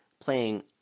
playing